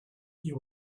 you